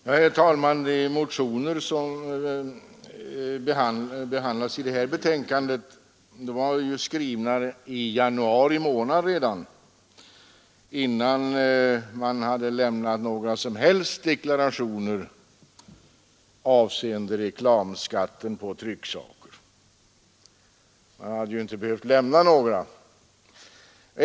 Herr talman! De motioner som behandlas i detta betänkande skrevs redan i januari månad, innan några som helst deklarationer avseende reklamskatten på trycksaker hade lämnats. Man hade inte heller behövt lämna några.